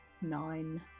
Nine